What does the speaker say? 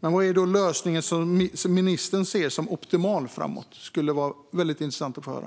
Vilken är då den lösning som ministern ser som optimal? Det skulle vara väldigt intressant att få höra.